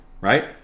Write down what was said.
right